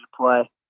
play